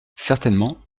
certainement